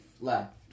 left